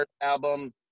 album